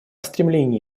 стремлении